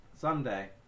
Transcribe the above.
someday